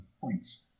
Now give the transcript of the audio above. points